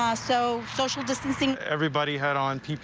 ah so social distancing. everybody had on ppe